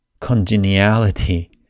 congeniality